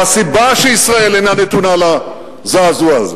והסיבה שישראל אינה נתונה לזעזוע הזה